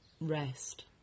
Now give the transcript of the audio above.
Rest